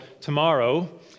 tomorrow